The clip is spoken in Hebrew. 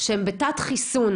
שהם בתת חיסון,